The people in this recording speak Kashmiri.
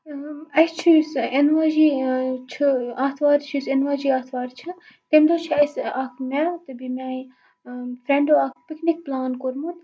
اَسہِ چھُ یُس یِنہِ واجٮ۪ن چھِ آتھوار چھِ یُس یِنہِ واجٮ۪ن آتھوار چھِ تمہِ دۄہ چھُ اَسہِ اکھ مےٚ تہٕ بیٚیہِ میانہِ فرنٛڈو اَکھ پِکنِک پلان کوٚرمُت